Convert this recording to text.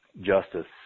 justice